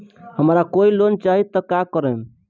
हमरा कोई लोन चाही त का करेम?